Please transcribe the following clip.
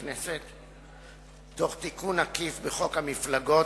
הכנסת תוך תיקון עקיף בחוק המפלגות,